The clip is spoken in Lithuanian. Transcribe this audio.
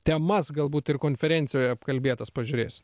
temas galbūt ir konferencijoj apkalbėtas pažiūrės